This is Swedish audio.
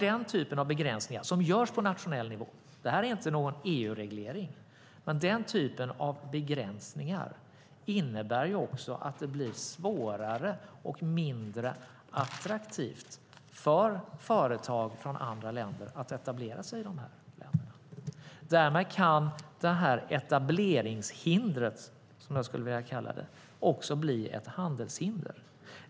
Den typen av begränsningar görs på nationell nivå - det är inte någon EU-reglering - och innebär att det blir svårare och mindre attraktivt för företag från andra länder att etablera sig i dessa länder. Därmed kan det här etableringshindret, som jag skulle vilja kalla det, också bli ett handelshinder.